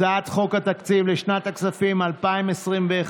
הצעת חוק התקציב לשנת הכספים 2021,